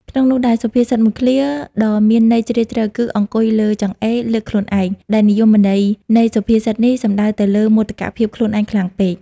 ក្នុងនោះដែរ សុភាសិតមួយឃ្លាដ៏មានន័យជ្រាលជ្រៅគឺ អង្គុយលើចង្អេរ លើកខ្លួនឯង ដែលនិយមន័យនៃសុភាសិតនេះសំដៅទៅលើ មោទកភាពខ្លួនឯងខ្លាំងពេក ។